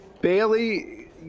Bailey